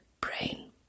brain